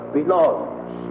belongs